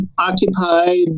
occupied